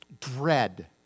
dread